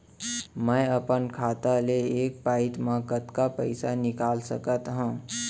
मैं अपन खाता ले एक पइत मा कतका पइसा निकाल सकत हव?